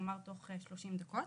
כלומר תוך 30 דקות,